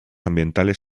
ambientales